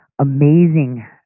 amazing